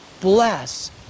bless